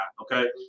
Okay